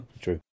True